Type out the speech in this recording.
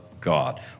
God